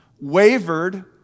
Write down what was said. wavered